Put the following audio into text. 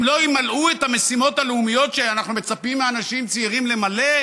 הם לא ימלאו את המשימות הלאומיות שאנחנו מצפים מאנשים צעירים למלא,